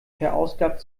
verausgabt